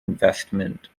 investment